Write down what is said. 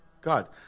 God